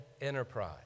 enterprise